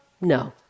no